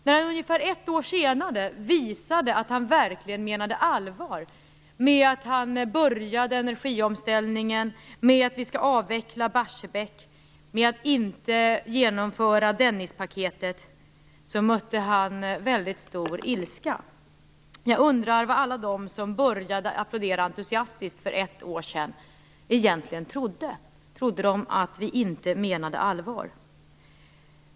När han ungefär ett år senare visade att han verkligen menade allvar - med energiomställningen, med avvecklingen av Barsebäck och med att inte genomföra Dennispaketet, mötte han en väldigt stor ilska. Jag undrar vad alla de som för ett år sedan applåderade entusiastiskt egentligen trodde. Trodde de att vi inte menade allvar?